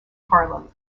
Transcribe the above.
harlem